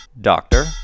doctor